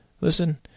Listen